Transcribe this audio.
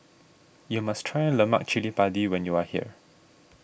you must try Lemak Chili Padi when you are here